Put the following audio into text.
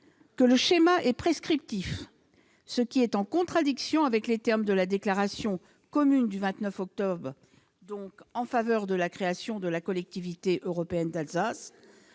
que le schéma est prescriptif, ce qui est en contradiction avec les termes de la déclaration commune du 29 octobre en faveur de la création de la Collectivité européenne d'Alsace.